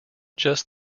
just